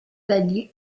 dagli